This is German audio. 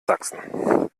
sachsen